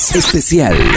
Especial